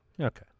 Okay